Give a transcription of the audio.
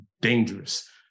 dangerous